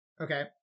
Okay